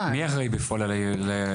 מי האחראי בפועל על האירוע?